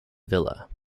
villa